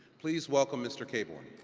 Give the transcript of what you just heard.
please welcome mr. caborn.